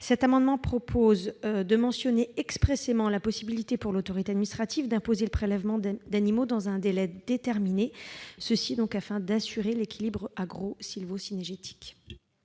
Cet amendement vise à mentionner expressément la possibilité pour l'autorité administrative d'imposer le prélèvement d'animaux dans un délai déterminé, afin d'assurer l'équilibre agro-sylvo-cynégétique.